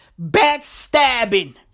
backstabbing